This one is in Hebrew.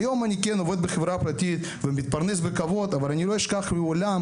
היום אני עובד בחברה פרטית ומתפרנס בכבוד אבל אני לא אשכח לעולם